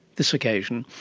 this occasion,